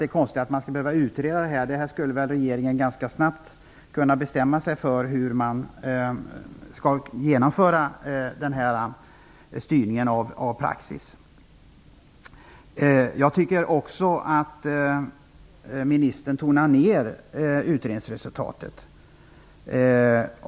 Det är konstigt att man skall behöva utreda den här frågan. Regeringen skulle väl ganska snabbt kunna bestämma sig för hur man skall genomföra styrningen av praxis. Jag tycker också att ministern tonade ner utredningsresultatet.